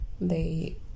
They-